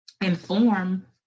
inform